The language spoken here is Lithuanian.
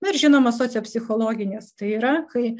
na ir žinoma sociopsichologinės tai yra kai